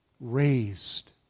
raised